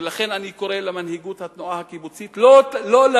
ולכן אני קורא למנהיגות התנועה הקיבוצית לא לתת